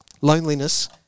Loneliness